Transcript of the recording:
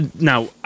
now